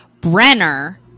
Brenner